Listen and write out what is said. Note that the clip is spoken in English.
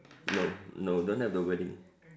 no no don't have the wedding